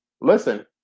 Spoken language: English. listen